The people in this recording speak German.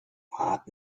fahrt